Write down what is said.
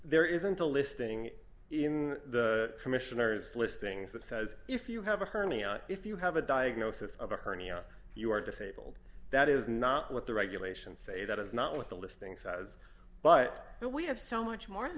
there isn't a listing in the commissioner's listings that says if you have a hernia if you have a diagnosis of a hernia you are disabled that is not what the regulations say that is not what the listing says but now we have so much martin tha